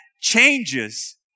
changes